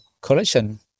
collection